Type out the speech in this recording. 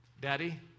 Daddy